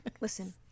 Listen